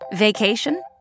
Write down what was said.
Vacation